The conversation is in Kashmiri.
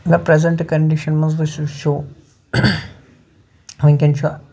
نہ پرٛٮ۪زَنٹ کَنڈِشَن منٛز وٕنۍکٮ۪ن چھُ